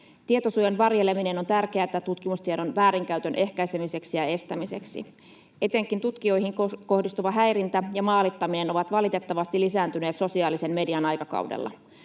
Tietosuojan varjeleminen on tärkeätä tutkimustiedon väärinkäytön ehkäisemiseksi ja estämiseksi. Etenkin tutkijoihin kohdistuva häirintä ja maalittaminen ovat valitettavasti lisääntyneet sosiaalisen median aikakaudella.